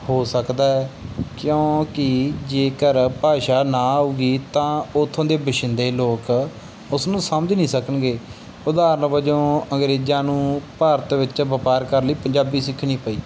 ਹੋ ਸਕਦਾ ਹੈ ਕਿਉਂਕਿ ਜੇਕਰ ਭਾਸ਼ਾ ਨਾ ਆਊਗੀ ਤਾਂ ਉੱਥੋਂ ਦੇ ਵਸ਼ਿੰਦੇ ਲੋਕ ਉਸਨੂੰ ਸਮਝ ਨਹੀਂ ਸਕਣਗੇ ਉਦਾਹਰਣ ਵਜੋਂ ਅੰਗਰੇਜ਼ਾਂ ਨੂੰ ਭਾਰਤ ਵਿੱਚ ਵਪਾਰ ਕਰਨ ਲਈ ਪੰਜਾਬੀ ਸਿੱਖਣੀ ਪਈ